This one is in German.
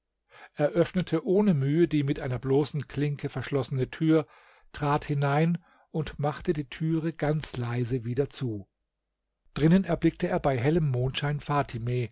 öffnete ohne mühe die mit einer bloßen klinke verschlossene tür trat hinein und machte die türe ganz leise wieder zu drinnen erblickte er bei hellem mondschein fatime